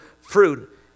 fruit